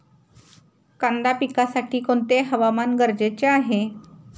कांदा पिकासाठी कोणते हवामान गरजेचे आहे?